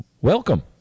Welcome